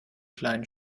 kleinen